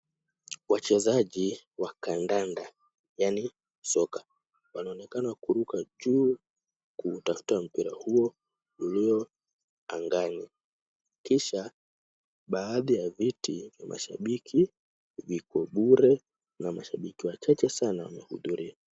Wachezaji wa kandanda yaani soka wanaonekana kuruka juu kutafuta mpira huo ulio angani kisha baadhi ya viti vya mashabiki viko bure na mashabiki wachache sana wamehudhuria.